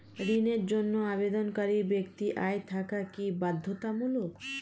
ঋণের জন্য আবেদনকারী ব্যক্তি আয় থাকা কি বাধ্যতামূলক?